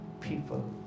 people